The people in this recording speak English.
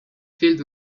filled